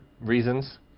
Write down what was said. reasons